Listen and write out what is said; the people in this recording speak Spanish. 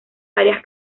varias